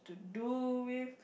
do with